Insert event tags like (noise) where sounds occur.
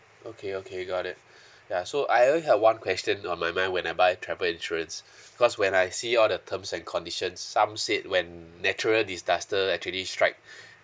okay okay got it (breath) ya so I only have one question on my mind when I buy travel insurance (breath) cause when I see all the terms and conditions some said when natural disaster actually strike (breath)